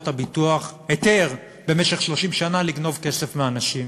הביטוח היתר במשך 30 שנה לגנוב פה כסף מאנשים.